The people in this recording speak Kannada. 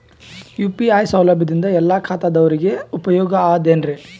ಯು.ಪಿ.ಐ ಸೌಲಭ್ಯದಿಂದ ಎಲ್ಲಾ ಖಾತಾದಾವರಿಗ ಉಪಯೋಗ ಅದ ಏನ್ರಿ?